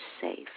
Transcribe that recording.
safe